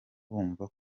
bumva